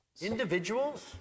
Individuals